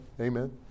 Amen